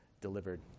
delivered